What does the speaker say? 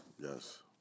Yes